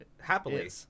Happily